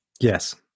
Yes